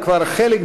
במחתרת.